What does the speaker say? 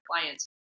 clients